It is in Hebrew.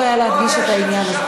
חשוב היה להדגיש את העניין הזה.